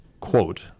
Quote